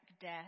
death